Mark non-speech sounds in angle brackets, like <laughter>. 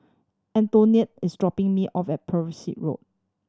<unintelligible> is dropping me off at <unintelligible> Road